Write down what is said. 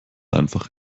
einfach